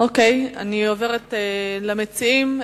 עוברת למציעים.